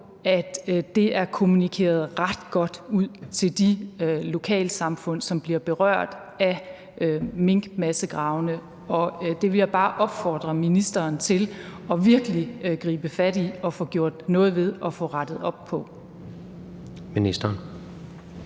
at det er kommunikeret ret godt ud til de lokalsamfund, som bliver berørt af minkmassegravene, og det vil jeg bare opfordre ministeren til virkelig at gribe fat i og få gjort noget ved og få rettet op på.